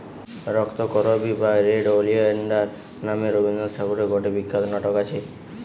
রক্তকরবী বা red oleander নামে রবীন্দ্রনাথ ঠাকুরের গটে বিখ্যাত নাটক আছে